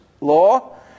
law